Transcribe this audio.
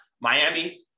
miami